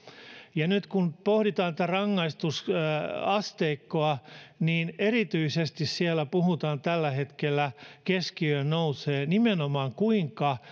ja nyt kun pohditaan rangaistusasteikkoa niin erityisesti siellä puhutaan tällä hetkellä siitä keskiöön nousee nimenomaan se kuinka